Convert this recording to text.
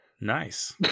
Nice